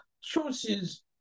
choices